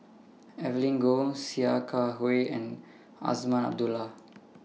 Evelyn Goh Sia Kah Hui and Azman Abdullah